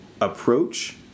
approach